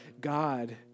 God